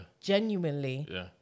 Genuinely